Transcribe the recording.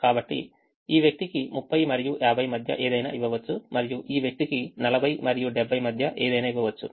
కాబట్టి ఈ వ్యక్తికి 30 మరియు 50 మధ్య ఏదైనా ఇవ్వవచ్చు మరియు ఈ వ్యక్తికి 40 మరియు 70 మధ్య ఏదైనా ఇవ్వవచ్చు